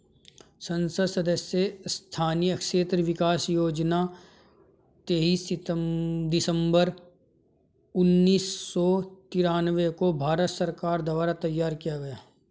संसद सदस्य स्थानीय क्षेत्र विकास योजना तेईस दिसंबर उन्नीस सौ तिरान्बे को भारत सरकार द्वारा तैयार किया गया